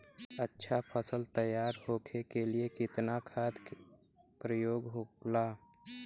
अच्छा फसल तैयार होके के लिए कितना खाद के प्रयोग होला?